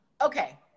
Okay